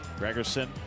Gregerson